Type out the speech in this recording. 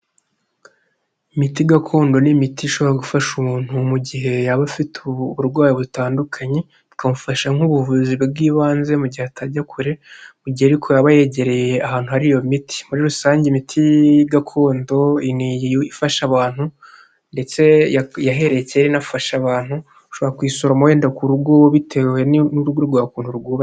Imiti gakondo ni imiti ishobora gufasha umuntu mu gihe yaba afite uburwayi butandukanye, ikamufasha nk'ubuvuzi bw'ibanze mu gihe atajya kure, mu gihe ariko yaba yegereye ahantu hari iyo miti, muri rusange imiti gakondo ifasha abantu ndetse yahereye kera inafasha abantu, ushobora kuyisoroma wenda ku rugo bitewe n'urugo rwawe ukuntu rwubatse.